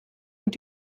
und